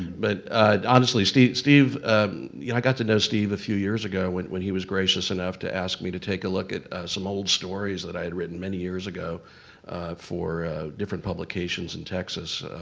but honestly, steve. yeah i got to know steve a few years ago when when he was gracious enough to ask me to take a look at some old stories that i had written many years ago for different publications in texas